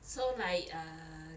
so like err